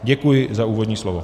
Děkuji za úvodní slovo.